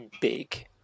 big